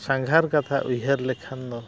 ᱥᱟᱸᱜᱷᱟᱨ ᱠᱟᱛᱷᱟ ᱩᱭᱦᱟᱹᱨ ᱞᱮᱠᱷᱟᱱ ᱫᱚ